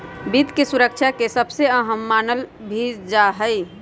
वित्त के सुरक्षा के सबसे अहम मानल भी जा हई